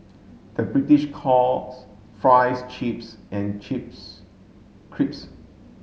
the British calls fries chips and chips crisps